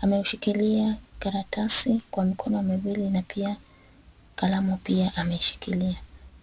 Ameushikilia karatasi kwa mikono miwili na pia kalamu pia ameshikilia.